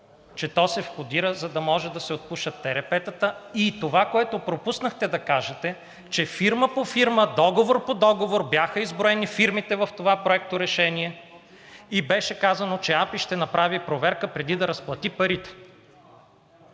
че то се входира, за да може да се отпушат ЕРП-тата. Онова, което пропуснахте да кажете – че фирма по фирма, договор по договор бяха изброени фирмите в това проекторешение и беше казано, че АПИ ще направи проверка, преди да разплати парите